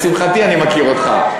לשמחתי אני מכיר אותך,